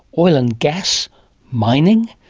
oil, and gas, mining,